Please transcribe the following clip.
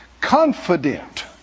confident